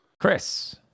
Chris